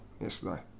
yesterday